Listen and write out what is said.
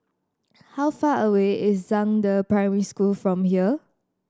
how far away is Zhangde Primary School from here